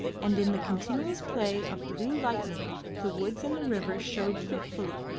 and in the continuous play of blue lightning the woods and the river showed fitfully,